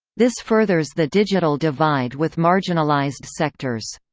this furthers the digital divide with marginalized sectors.